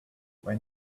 when